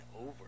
over